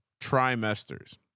trimesters